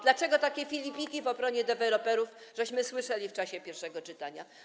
Dlaczego takie filipiki w obronie deweloperów słyszeliśmy w czasie pierwszego czytania?